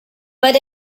but